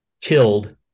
killed